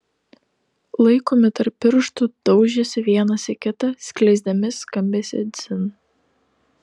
laikomi tarp pirštų daužėsi vienas į kitą skleisdami skambesį dzin